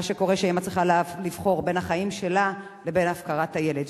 מה שקורה הוא שהאמא צריכה לבחור בין החיים שלה לבין הפקרת הילד.